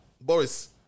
boris